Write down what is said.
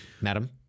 Madam